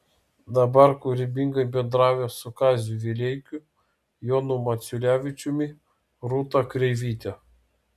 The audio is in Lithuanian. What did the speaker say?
dabar kūrybingai bendrauja su kaziu vileikiu jonu maciulevičiumi rūta kreivyte